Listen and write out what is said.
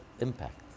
impact